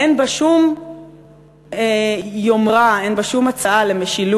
אין בה שום יומרה, אין בה שום הצעה למשילות.